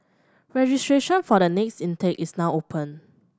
registration for the next intake is now open